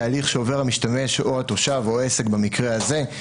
תהליך שעובר המשתמש או התושב או עסק במקרה הזה,